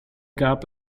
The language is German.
gab